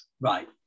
Right